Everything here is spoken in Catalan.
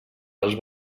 els